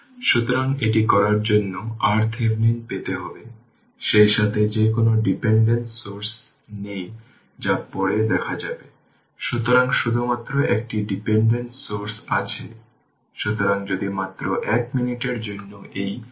সুতরাং যখনই এটি প্রয়োগ করুন এই নর্টন তখন খুঁজে বের করতে হবে যে এখানে এটি ix কত অ্যাম্পিয়ার দেওয়া হয়েছে